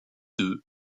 deux